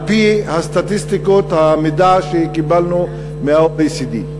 על-פי הסטטיסטיקות, המידע, שקיבלנו מה-OECD.